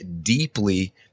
deeply